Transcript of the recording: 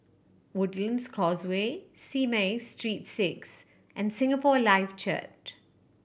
Woodlands Causeway Simei Street Six and Singapore Life Church